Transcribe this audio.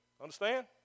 Understand